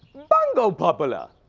bango popula!